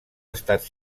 estat